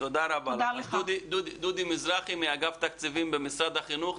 דודי מזרחי מאגף תקציבים במשרד החינוך,